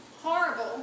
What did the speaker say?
horrible